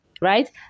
right